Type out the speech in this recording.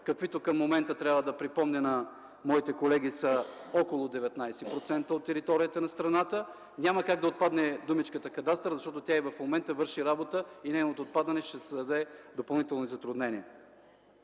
каквито към момента – трябва да припомня на моите колеги, са около 19% от територията на страната, няма как да отпадне думичката „кадастър”, защото тя и в момента върши работа и нейното отпадане ще създаде допълнителни затруднения.